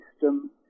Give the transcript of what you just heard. system